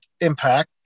impact